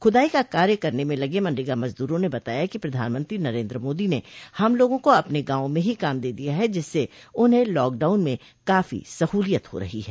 खुदाई का कार्य करने में लगे मनरेगा मजदूरों ने बताया कि प्रधानमंत्री नरेंद्र मोदी ने हम लोगों को अपने गांव में ही काम दे दिया है जिससे उन्हें लाकडाउन में काफी सहूलियत हो रही है